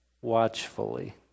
watchfully